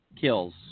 kills